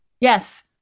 Yes